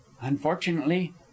Unfortunately